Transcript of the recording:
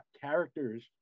characters